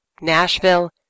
Nashville